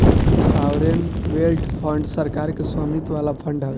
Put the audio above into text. sovereign wealth fund सरकार के स्वामित्व वाला फंड हवे